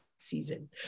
season